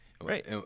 Right